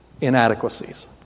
inadequacies